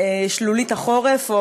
שלולית החורף,